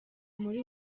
muri